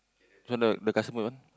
this one the customer one